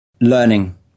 Learning